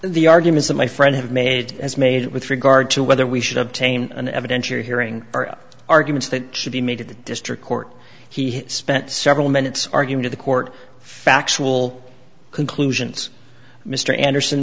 the arguments that my friend have made as made with regard to whether we should obtain an evidentiary hearing arguments that should be made at the district court he spent several minutes argued the court factual conclusions mr anderson